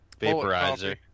Vaporizer